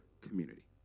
community